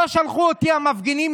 המפגינים לא שלחו אותי לדבר,